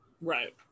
right